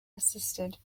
assisted